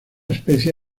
especie